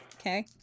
Okay